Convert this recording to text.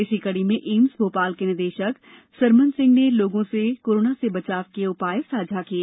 इसी कड़ी में एम्स भोपाल के निदेशक सरमन सिंह ने लोगों से कोरोना के बचाव के उपाय साझा किए